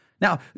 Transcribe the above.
Now